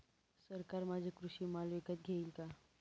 सरकार माझा कृषी माल विकत घेईल का?